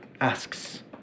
asks